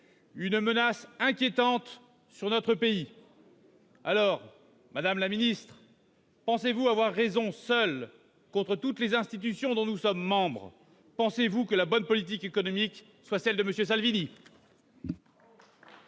je cite sur ce point le FMI. Alors, madame la secrétaire d'État, pensez-vous avoir raison, seuls contre toutes les institutions dont nous sommes membres ? Pensez-vous que la bonne politique économique soit celle de M. Salvini ?